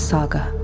Saga